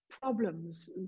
problems